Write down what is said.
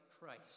Christ